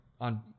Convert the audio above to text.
on